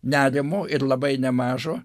nerimo ir labai nemažo